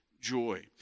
joy